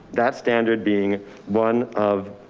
that standard being one of